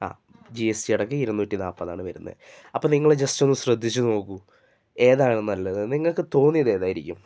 ആ G S T അടക്ക ഇരുന്നൂറ്റി നാൽപ്പതാണ് വരുന്നത് അപ്പം നിങ്ങൾ ജസ്റ്റൊന്ന് ശ്രദ്ധിച്ചു നോക്കു ഏതാണ് നല്ലത് നിങ്ങൾക്ക് തോന്നിയത് ഏതായിരിക്കും